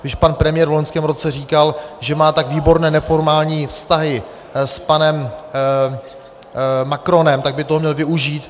Když pan premiér v loňském roce říkal, že má tak výborné neformální vztahy s panem Macronem, tak by toho měl využít.